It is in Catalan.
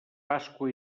pasqua